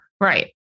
Right